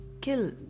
kill